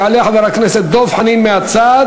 יעלה חבר הכנסת דב חנין מהצד,